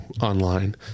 online